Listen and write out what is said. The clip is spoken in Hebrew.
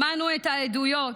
שמענו את העדויות.